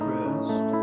rest